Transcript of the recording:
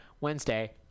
Wednesday